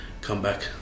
comeback